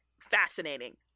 fascinating